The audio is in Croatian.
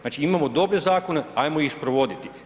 Znači, imamo dobre zakone, hajmo iz provoditi.